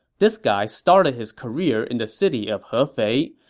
this guy started his career in the city of hefei,